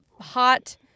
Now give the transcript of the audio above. hot